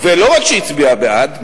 ולא רק שהיא הצביעה בעד.